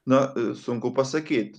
na sunku pasakyt